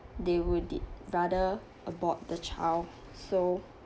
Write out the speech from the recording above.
they will did rather abort the child so